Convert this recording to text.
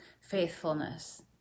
faithfulness